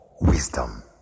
wisdom